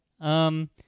Um-